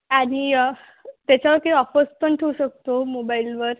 आणि त्याच्यावर काही ऑफर्स पण ठेवू शकतो मोबाईलवर